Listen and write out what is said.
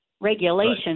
regulation